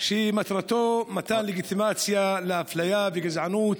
רק מצלם את המצב המשפטי השורר היום במדינת ישראל בפסיקה של בתי משפט.